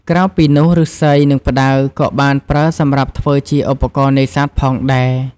ក្រៅពីនោះឫស្សី និងផ្តៅក៏បានប្រើសម្រាប់ធ្វើជាឧបករណ៍នេសាទផងដែរ។